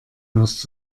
hörst